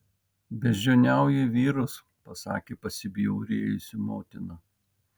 beždžioniauji vyrus pasakė pasibjaurėjusi motina